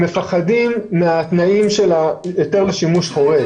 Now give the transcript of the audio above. הם מפחדים מהתנאים של היתר לשימוש חורג.